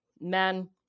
men